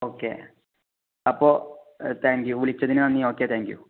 okay അപ്പോൾ thank you വിളിച്ചതിന് നന്ദി ഓക്കെ താങ്ക് യൂ